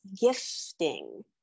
gifting